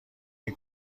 این